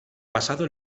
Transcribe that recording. pasado